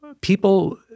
people